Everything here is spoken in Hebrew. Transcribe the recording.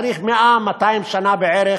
צריך 100 200 שנה בערך